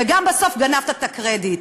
וגם בסוף גנבת את הקרדיט.